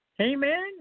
Amen